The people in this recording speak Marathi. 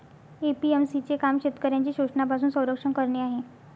ए.पी.एम.सी चे काम शेतकऱ्यांचे शोषणापासून संरक्षण करणे आहे